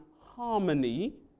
harmony